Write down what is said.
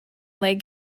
leg